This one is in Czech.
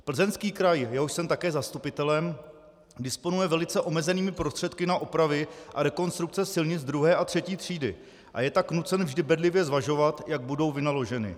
Plzeňský kraj, jehož jsem také zastupitelem, disponuje velice omezenými prostředky na opravy a rekonstrukce silnic druhé a třetí třídy, a je tak nucen vždy bedlivě zvažovat, jak budou vynaloženy.